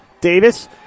Davis